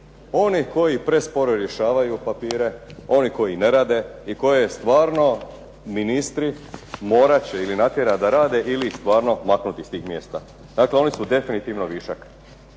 onih koji presporo rješavaju papire, onih koji ne rade i koje stvarno ministri morat će ili natjerat da rade ili ih stvarno maknuti s tih mjesta. Dakle, oni su definitivno višak.